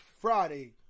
Friday